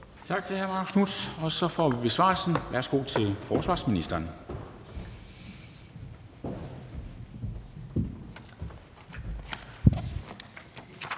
Tak til hr. Marcus Knuth. Og så får vi besvarelsen. Værsgo til forsvarsministeren.